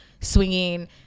swinging